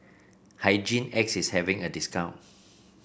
Hygin X is having a discount